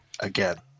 again